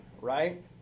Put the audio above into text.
Right